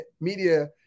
media